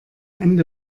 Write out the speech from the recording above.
ende